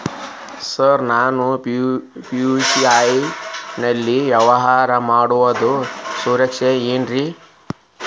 Sir ನಾನು UPI ನಲ್ಲಿ ವ್ಯವಹಾರ ಮಾಡೋದು ಸುರಕ್ಷಿತ ಏನ್ರಿ?